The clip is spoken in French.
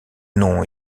nom